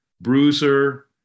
Bruiser